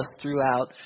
throughout